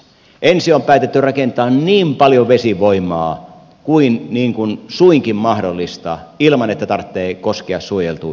ensin on päätetty rakentaa niin paljon vesivoimaa kuin suinkin mahdollista ilman että tarvitsee koskea suojeltuihin vesiin